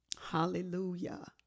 Hallelujah